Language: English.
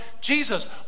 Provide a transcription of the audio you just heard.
Jesus